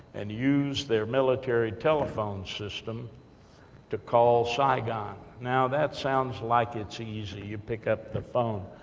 and use their military telephones system to call saigon. now, that sounds like it's easy. you pick up the phone.